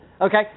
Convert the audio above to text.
Okay